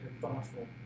thoughtful